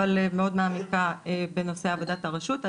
אל מאוד מעמיקה בנושא עבודת הרשות.